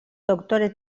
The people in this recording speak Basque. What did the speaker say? doktore